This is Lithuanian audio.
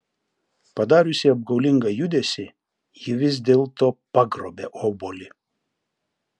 padariusi apgaulingą judesį ji vis dėlto pagrobia obuolį